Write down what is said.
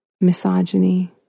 misogyny